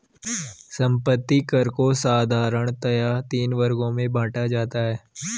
संपत्ति कर को साधारणतया तीन वर्गों में बांटा जाता है